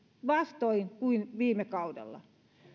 vastoin kuin viime kaudella